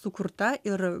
sukurta ir